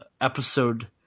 episode